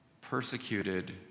persecuted